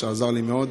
שעזר לי מאוד.